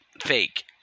fake